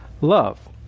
love